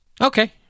Okay